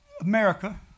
America